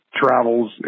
travels